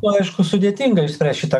kuo aišku sudėtinga išspręs šitą